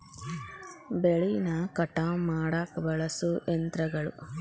ಬೆಳಿನ ಕಟಾವ ಮಾಡಾಕ ಬಳಸು ಯಂತ್ರಗಳು